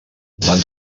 van